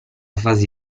fase